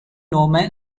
nome